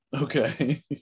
Okay